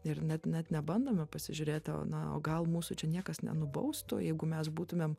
ir net net nebandome pasižiūrėti o na o gal mūsų čia niekas nenubaus to jeigu mes būtumėm